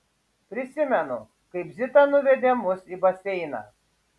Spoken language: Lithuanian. prisimenu kaip zita nuvedė mus į baseiną